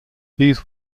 these